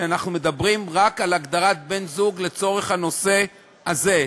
שאנחנו מדברים רק על הגדרת בן-זוג לצורך הנושא הזה,